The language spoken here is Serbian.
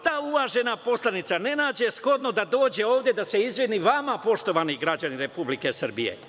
Ta uvažena poslanica ne nađe shodno da dođe ovde da se izvini vama, poštovani građani Republike Srbije.